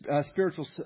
spiritual